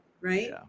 Right